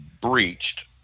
breached